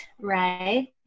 right